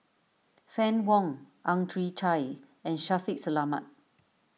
Fann Wong Ang Chwee Chai and Shaffiq Selamat